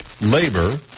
labor